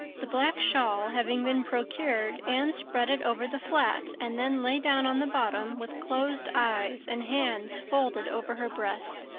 the black shawl having been procured, anne spread it over the flat and then lay down on the bottom, with closed eyes and hands folded over her breast.